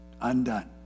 undone